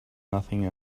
nothing